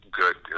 good